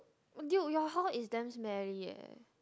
dude your hall is damn smelly leh